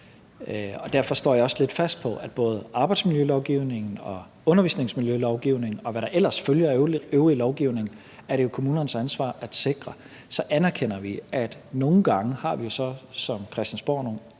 er kommunernes ansvar at sikre, at både arbejdsmiljølovgivningen og undervisningsmiljølovgivningen, og hvad der ellers følger af øvrig lovgivning, overholdes. Så anerkender vi, at nogle gange har vi så på Christiansborg nogle